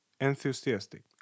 enthusiastic